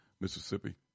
Mississippi